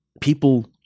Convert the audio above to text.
people –